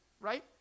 right